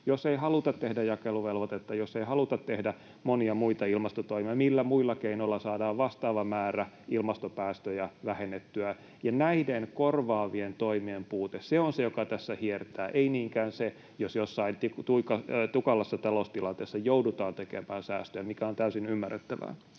Jos ei haluta tehdä jakeluvelvoitetta, jos ei haluta tehdä monia muita ilmastotoimia, millä muilla keinoilla saadaan vastaava määrä ilmastopäästöjä vähennettyä? Näiden korvaavien toimien puute, se on se, joka tässä hiertää — ei niinkään se, jos jossain tukalassa taloustilanteessa joudutaan tekemään säästöjä, mikä on täysin ymmärrettävää.